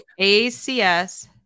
ACS